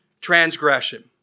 transgression